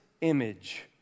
image